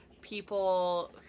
people